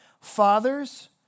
Fathers